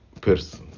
person